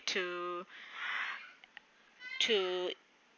to to